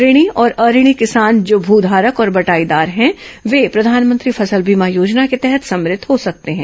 ऋणी और अऋणी किसान जो भू घारक और बटाईदार हैं वे प्रधानमंत्री फसल बीमा योजना के तहत सम्मिलित हो सकते हैं